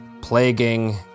plaguing